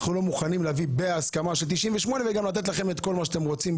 אנחנו לא מוכנים להביא בהסכמה של 98 וגם לתת לכם את כל מה שאתם רוצים,